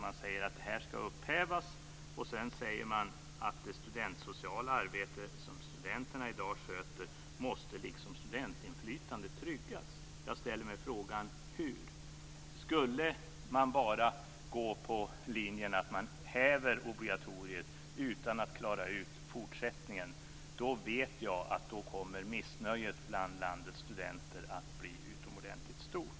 Man säger att det här ska upphävas och att det studentsociala arbete som studenterna i dag sköter liksom studentinflytandet måste tryggas. Jag ställer mig frågan: Hur? Om man bara skulle gå på linjen att man häver obligatoriet utan att klara ut fortsättningen vet jag att missnöjet bland landets studenter skulle bli utomordentligt stort.